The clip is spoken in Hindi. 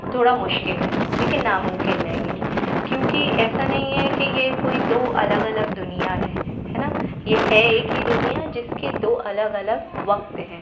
थोड़ा मुश्किल है लेकिन नामुमकिन नहीं है क्योंकि ऐसा नहीं है कि यह कोई दो अलग अलग दुनिया हैं है ना यह है एक ही दुनिया जिसके दो अलग अलग वक़्त हैं